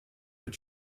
have